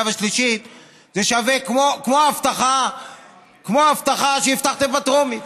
והשלישית זה שווה כמו ההבטחה שהבטחתם בטרומית.